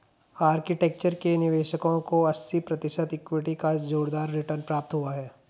architecture के निवेशकों को अस्सी प्रतिशत इक्विटी का जोरदार रिटर्न प्राप्त हुआ है